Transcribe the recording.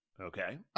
Okay